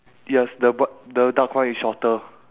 yes the bi~ the darker one is shorter